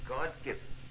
God-given